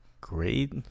great